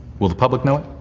will the public know it?